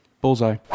Bullseye